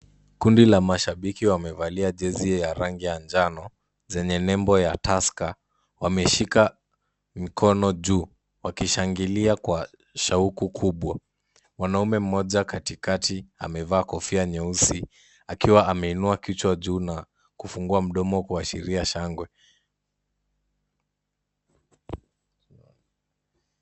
Kundi la mashabiki wamevalia jezi ya rangi ya njano zenye nembo ya Tusker, wameshika mikono juu wakishangilia kwa shauku kubwa. Mwanamume mmoja katikati amevaa kofia nyeusi akiwa ameinua kichwa juu na kufungua mdomo kuashiria shangwe.